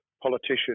politician